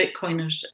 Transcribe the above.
Bitcoiners